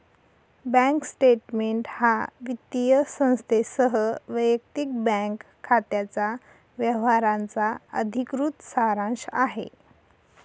bank statement हा वित्तीय संस्थेसह वैयक्तिक बँक खात्याच्या व्यवहारांचा अधिकृत सारांश आहे